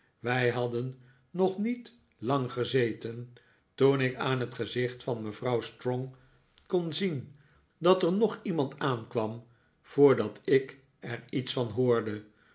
wij hadden nog niet lang gezeten toen ik aan het gezicht van mevrouw strong kon zien dat er nog iemand aankwam voordat ik er iets van hoorde